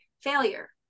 failure